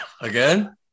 again